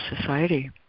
Society